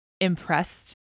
impressed